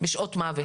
בשעות מוות.